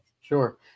Sure